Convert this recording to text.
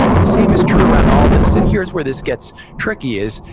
and the same is true around all this. and here's where this gets tricky is,